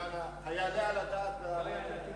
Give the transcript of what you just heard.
היעלה על הדעת רעננה?